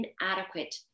inadequate